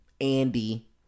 Andy